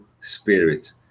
spirit